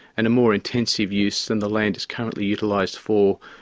and a more intensive use than the land is currently utilised for,